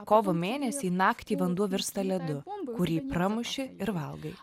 kovo mėnesį naktį vanduo virsta ledu kurį pramuši ir valgai